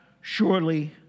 surely